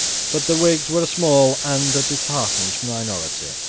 but the whigs were a small and a disheartened minority.